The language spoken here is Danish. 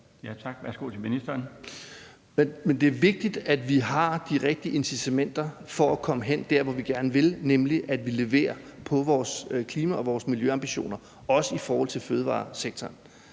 fiskeri (Jacob Jensen): Men det er vigtigt, at vi har de rigtige incitamenter for at komme derhen, hvor vi gerne vil, nemlig at vi leverer på vores klima- og vores miljøambitioner, også i forhold til fødevaresektoren.